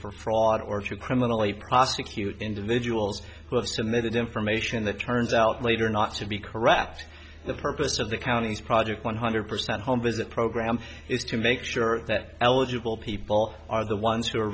for fraud or to criminally prosecute individuals who have submitted information that turns out later not to be correct the purpose of the county's project one hundred percent home visit program is to make sure that eligible people are the ones who are